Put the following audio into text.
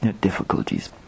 difficulties